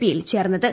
പിയിൽ ചേർന്നത്